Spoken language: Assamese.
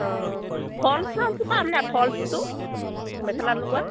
অঁ ফলচ ফলচটো মেখেলাত লগোৱা